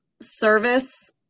service